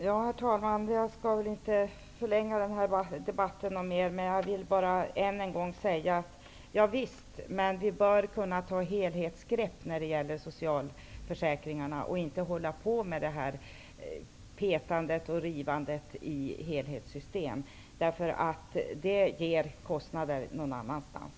Herr talman! Jag skall inte förlänga debatten mer. Jag vill bara än en gång säga: Ja visst, men vi bör kunna ta helhetsgrepp när det gäller socialförsäkringarna och inte hålla på med petandet och rivandet i helhetssystem, för det ger kostnader någon annanstans.